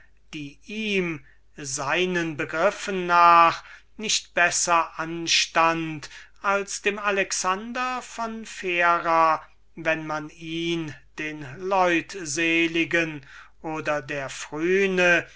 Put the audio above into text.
die ihm seinen gedanken nach eben so gut anstund als dem alexander von phera wenn man ihn den leutseligen oder der phryne